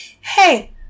Hey